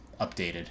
updated